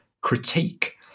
critique